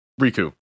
Riku